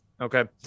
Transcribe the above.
okay